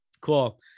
cool